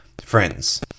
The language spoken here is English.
friends